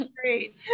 great